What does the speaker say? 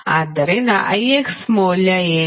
ಆದ್ದರಿಂದ IX ಮೌಲ್ಯ ಏನು